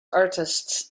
artists